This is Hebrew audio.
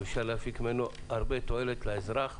אפשר להפיק ממנו הרבה תועלת לאזרח,